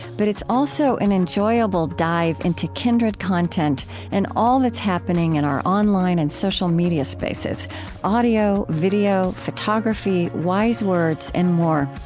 but it's also an enjoyable dive into kindred content and all that's happening in our online and social media spaces audio, video, photography, wise words, and more.